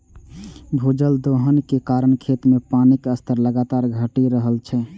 भूजल दोहन के कारण खेत मे पानिक स्तर लगातार घटि रहल छै